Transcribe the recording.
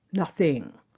nothing,